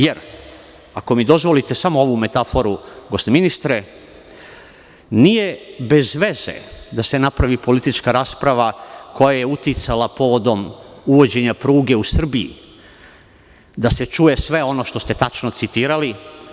Jer, ako mi dozvolite samo ovu metaforu, gospodine ministre, nije bez veze da se napravi politička rasprava koja je uticala povodom uvođenja pruge u Srbiji, da se čuje sve ono što ste tačno citirali.